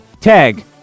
Tag